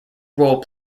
role